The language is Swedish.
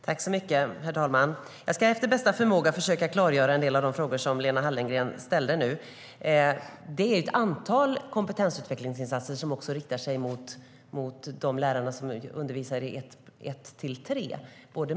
Herr talman! Jag ska efter bästa förmåga försöka klargöra hur det är när det gäller en del av de frågor som Lena Hallengren nu ställde. Det är ett antal kompetensutvecklingsinsatser som också riktar sig mot de lärare som undervisar i årskurs 1-3.